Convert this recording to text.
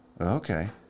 Okay